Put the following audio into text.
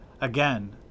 Again